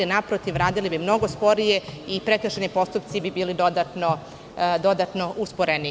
Naprotiv, radili bi mnogo sporije i prekršajni postupci bi bili dodatno usporeni.